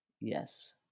yes